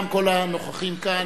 גם כל הנוכחים כאן,